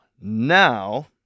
now